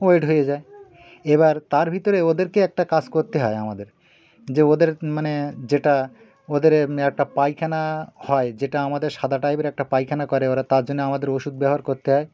wait হয়ে যায় এবার তার ভিতরে ওদেরকে একটা কাজ করতে হয় আমাদের যে ওদের মানে যেটা ওদের একটা পায়খানা হয় যেটা আমাদের সাদা টাইপের একটা পায়খানা করে ওরা তার জন্যে আমাদের ওষুধ ব্যবহার করতে হয়